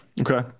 Okay